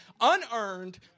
unearned